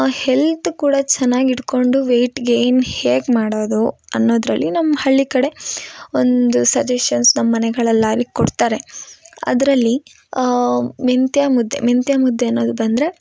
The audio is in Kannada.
ಹೆಲ್ತ್ ಕೂಡ ಚೆನ್ನಾಗಿ ಹಿಡ್ಕೊಂಡು ವೆಯ್ಟ್ ಗೈನ್ ಹೇಗೆ ಮಾಡೋದು ಅನ್ನೋದರಲ್ಲಿ ನಮ್ಮ ಹಳ್ಳಿ ಕಡೆ ಒಂದು ಸಜೆಶನ್ಸ್ ನಮ್ಮ ಮನೆಗಳಲ್ಲಿ ಆಗಲಿ ಕೊಡ್ತಾರೆ ಅದರಲ್ಲಿ ಮೆಂತ್ಯ ಮುದ್ದೆ ಮೆಂತ್ಯ ಮುದ್ದೆ ಅನ್ನೋದು ಬಂದರೆ